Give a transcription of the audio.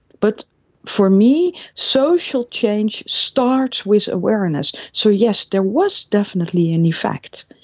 but for me, social change starts with awareness. so yes, there was definitely an effect.